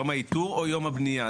יום האיתור או יום הבנייה.